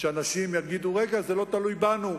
שאנשים יגידו: רגע, זה לא תלוי בנו,